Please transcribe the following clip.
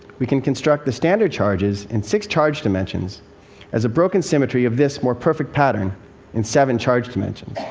we can construct the standard charges in six charge dimensions as a broken symmetry of this more perfect pattern in seven charge dimensions.